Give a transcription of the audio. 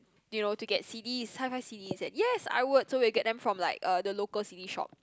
you know to get c_ds high five c_ds eh yes I would so we all get them from like uh the local c_d shop